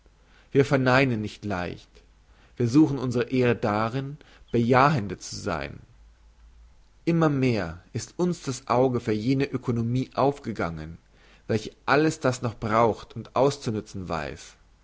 wir verneinen nicht leicht wir suchen unsre ehre darin bejahende zu sein immer mehr ist uns das auge für jene ökonomie aufgegangen welche alles das noch braucht und auszunützen weiss